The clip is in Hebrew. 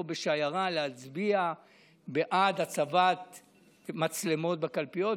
בשיירה להצביע בעד הצבת מצלמות בקלפיות,